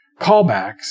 callbacks